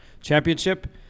Championship